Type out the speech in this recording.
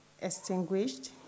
extinguished